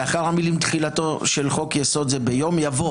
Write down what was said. לאחר המילים "תחילתו של חוק-יסוד זה ביום" יבוא